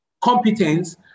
competence